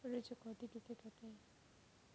ऋण चुकौती किसे कहते हैं?